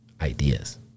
Ideas